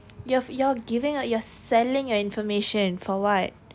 you're you're giving a you're selling your information for what